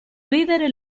ridere